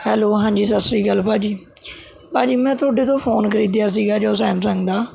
hello ਹਾਂਜੀ ਸਤਿ ਸ਼੍ਰੀ ਅਕਾਲ ਭਾਅ ਜੀ ਭਾਅ ਜੀ ਮੈਂ ਤੁਹਾਡੇ ਤੋਂ ਫੋਨ ਖਰੀਦਿਆ ਸੀਗਾ ਜੋ ਸੈਮਸੰਗ ਦਾ